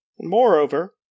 Moreover